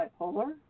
bipolar